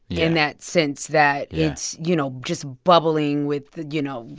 in that sense that. yeah. it's, you know, just bubbling with, you know,